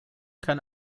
kann